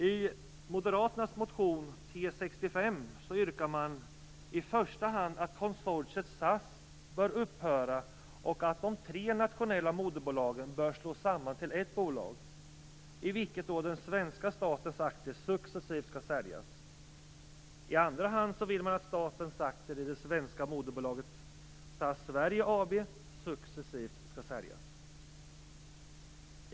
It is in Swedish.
I Moderaternas motion T65 yrkar man i första hand att konsortiet SAS bör upphöra och att de tre nationella moderbolagen bör slås samman till ett bolag, i vilket den svenska statens aktier successivt skall säljas, i andra hand att statens aktier i det svenska moderbolaget SAS Sverige AB successivt skall säljas.